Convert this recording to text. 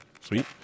sweet